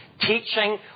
teaching